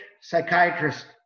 psychiatrist